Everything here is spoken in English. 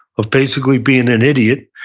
of basically being an idiot,